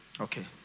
Okay